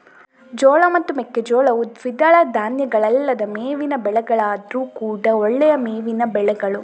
ಜೋಳ ಮತ್ತು ಮೆಕ್ಕೆಜೋಳವು ದ್ವಿದಳ ಧಾನ್ಯಗಳಲ್ಲದ ಮೇವಿನ ಬೆಳೆಗಳಾದ್ರೂ ಕೂಡಾ ಒಳ್ಳೆಯ ಮೇವಿನ ಬೆಳೆಗಳು